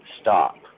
stop